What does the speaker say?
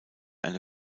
eine